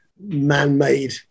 man-made